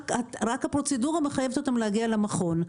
רק הפרוצדורה מחייבת אותם להגיע למכון.